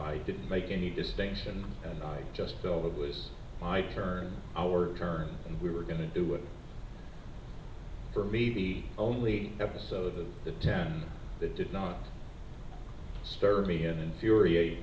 i didn't make any distinction and i just felt it was my turn our turn and we were going to do it for maybe only episode of the ten that did not serve me and infuriate